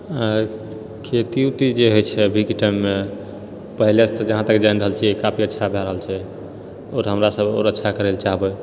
खेती उती जे होइत छै अभीके टाइममे पहिलेसँ तऽ जहाँ तक ज्वाइन रहल छियै काफी अच्छा भए रहल छै आओर हमरा सब आओर अच्छा करै लऽ चाहबै